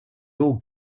all